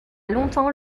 longtemps